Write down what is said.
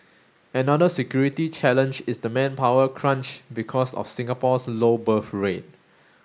another security challenge is the manpower crunch because of Singapore's low birth rate